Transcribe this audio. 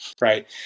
right